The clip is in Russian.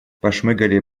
пошмыгали